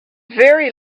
very